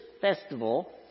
festival